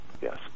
Yes